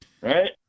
right